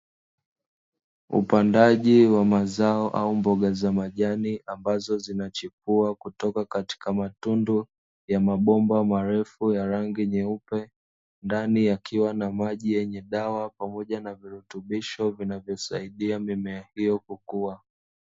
Upandaji wa mazao au mboga za majani ambazo zinachipua kutoka katika matundu ya mabomba marefu ya rangi nyeupe. Ndani yakiwa na maji yenye dawa pamoja na virutubisho vinavyosaidia mimea hiyo kukuwa.